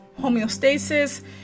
homeostasis